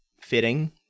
fitting